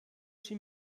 chi